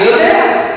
אני יודע.